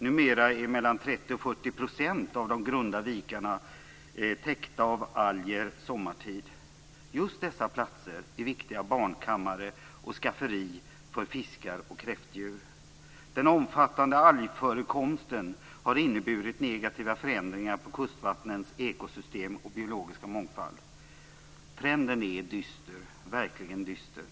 Numera är 30-40 % av de grunda vikarna täckta av alger sommartid. Just dessa platser är viktiga barnkamrar och skafferi för fiskar och kräftdjur. Den omfattande algförekomsten har inneburit negativa förändringar på kustvattnens ekosystem och biologiska mångfald. Trenden är verkligen dyster.